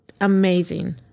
amazing